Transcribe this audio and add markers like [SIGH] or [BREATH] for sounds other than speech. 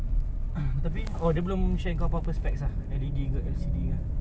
[BREATH] [COUGHS] tapi oh dia belum share engkau apa-apa specs ke L_E_D ke L_C_D ke